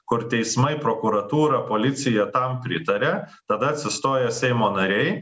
kur teismai prokuratūra policija tam pritaria tada atsistoja seimo nariai